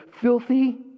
filthy